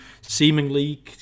seemingly